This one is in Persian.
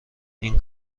این